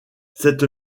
cette